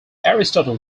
aristotle